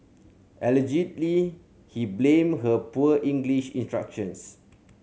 allegedly he blamed her poor English instructions